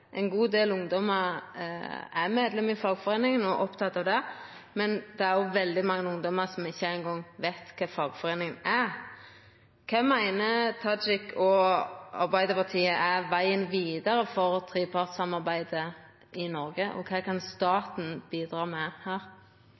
Ein god del ungdomar er medlem i ei fagforeining og er opptekne av det, men det er òg veldig mange ungdomar som ikkje eingong veit kva ei fagforeining er. Kva meiner Tajik og Arbeidarpartiet er vegen vidare for trepartssamarbeidet i Noreg? Og kva kan staten bidra med her?